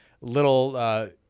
little –